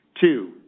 Two